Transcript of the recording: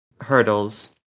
hurdles